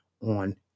on